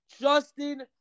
Justin